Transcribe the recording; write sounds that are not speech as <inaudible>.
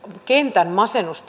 kentän masennus <unintelligible>